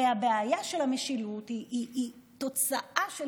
הרי הבעיה של המשילות היא תוצאה של